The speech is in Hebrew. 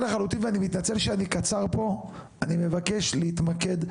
זה גם קורה שמטופלים מפחדים להתלונן.